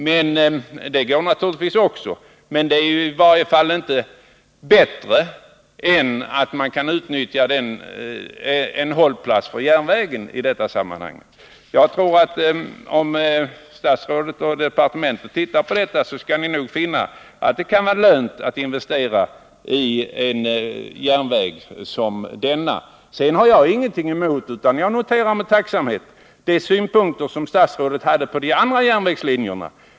Naturligtvis går det också att låta dem göra det, men det blir i varje fall inte bättre. I det här sammanhanget kan man utnyttja en hållplats för järnvägen. Om statsrådet och departementet tittar på detta, skall ni nog finna att det kan vara lönt att investera i en järnväg som denna. Jag noterar med tacksamhet de synpunkter statsrådet hade på de andra järnvägslinjerna.